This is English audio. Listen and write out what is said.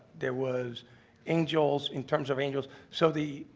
there was angels in terms of angels. so the,